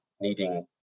Needing